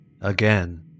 again